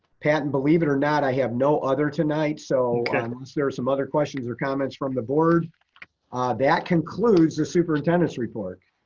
pat, and believe it or not, i have no other tonight. so there are some other questions or comments from the board that concludes the superintendent's report.